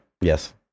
Yes